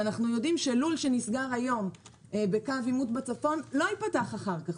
אנחנו יודעים שלול שנסגר היום בקו העימות בצפון לא ייפתח אחר כך,